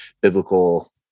biblical